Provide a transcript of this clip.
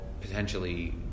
potentially